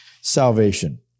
salvation